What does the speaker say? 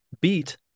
beat